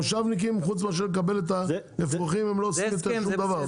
המושבניקים חוץ מאשר לקבל את האפרוחים הם לא עושים שום דבר.